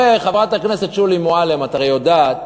הרי, חברת הכנסת שולי מועלם, את יודעת